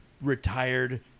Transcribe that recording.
retired